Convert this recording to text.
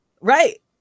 right